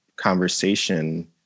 conversation